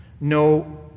No